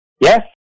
yes